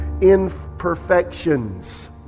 imperfections